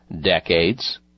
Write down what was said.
decades